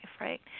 right